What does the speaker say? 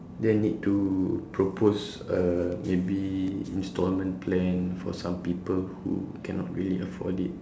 then need to propose a maybe instalment plan for some people who cannot really afford it